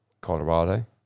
Colorado